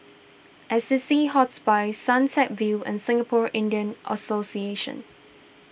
Assisi Hospice Sunset View and Singapore Indian Association